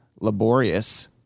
laborious